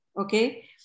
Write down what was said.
okay